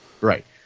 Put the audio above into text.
right